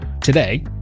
Today